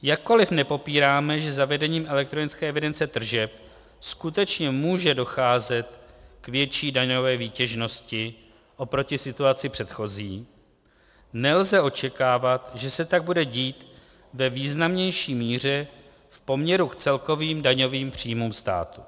Jakkoliv nepopíráme, že zavedením elektronické evidence tržeb skutečně může docházet k větší daňové výtěžnosti oproti situaci předchozí, nelze očekávat, že se tak bude dít ve významnější míře v poměru k celkovým daňovým příjmů státu.